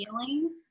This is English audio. feelings